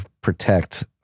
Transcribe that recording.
protect